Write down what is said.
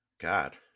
God